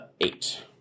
Eight